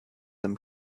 them